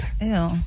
Ew